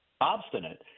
obstinate